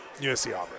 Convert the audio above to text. USC-Auburn